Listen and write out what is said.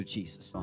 Jesus